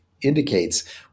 indicates